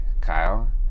Kyle